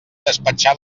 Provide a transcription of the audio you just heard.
despatxar